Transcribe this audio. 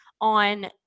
on